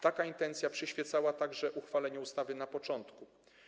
Taka intencja przyświecała także uchwaleniu ustawy na początku.